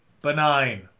Benign